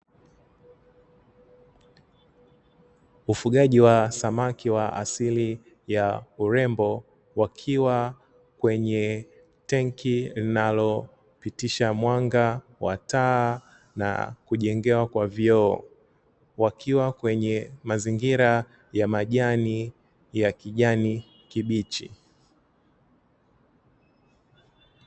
Ufugaji wa samaki wa asili ya urembo wakiwa kwenye tenki linalopitisha mwanga wa taa na kujengewa kwa vioo wakiwa kwenye mazingira ya majani ya kijani kibichi.